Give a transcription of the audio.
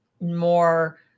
more